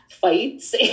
fights